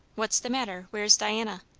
what's the matter? where's diana?